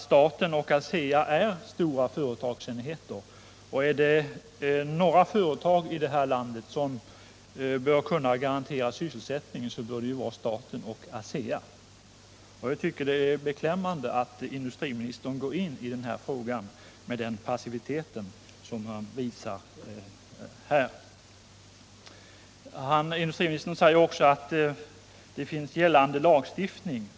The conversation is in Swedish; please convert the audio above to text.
Staten och ASEA är ju stora företagsenheter, och är det några företag i det här landet som bör kunna garantera sysselsättning så är det staten och ASEA. Det är beklämmande att industriministern går in i frågan med en sådan passivitet. Industriministern säger också att det finns gällande lagstiftning.